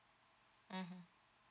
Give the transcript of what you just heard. mmhmm